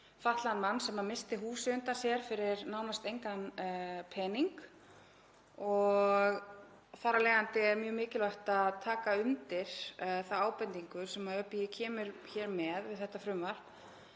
fatlaðan mann sem missti húsið undan sér fyrir nánast engan pening. Þar af leiðandi er mjög mikilvægt að taka undir þá ábendingu sem ÖBÍ kemur hér með við þetta frumvarp